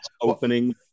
opening